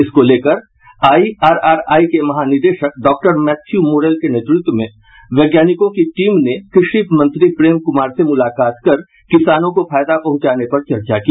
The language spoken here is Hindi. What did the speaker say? इसको लेकर आईआरआरआई के महानिदेशक डाक्टर मैथ्यू मोरेल के नेतृत्व में वैज्ञानिकों की टीम ने कृषि मंत्री प्रेम कुमार से मुलाकात कर किसानों को फायदा पहुंचाने पर चर्चा की